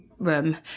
room